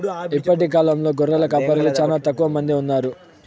ఇప్పటి కాలంలో గొర్రెల కాపరులు చానా తక్కువ మంది ఉన్నారు